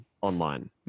online